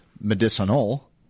medicinal